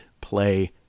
play